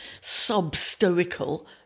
sub-stoical